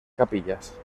capillas